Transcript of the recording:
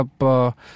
up